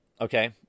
Okay